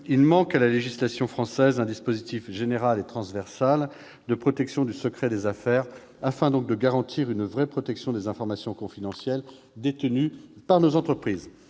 il manque à la législation française un dispositif général et transversal de protection du secret des affaires, afin de garantir une véritable protection des informations confidentielles détenues par nos entreprises.